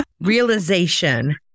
Realization